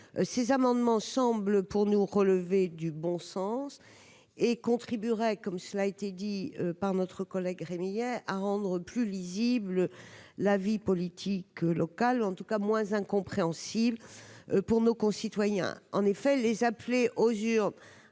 ces amendements semble pour nous relever du bon sens et contribuerait, comme cela a été dit par notre collègue Rémi à rendre plus lisible la vie politique locale en tout cas moins incompréhensible pour nos concitoyens, en effet, les appelés aux urnes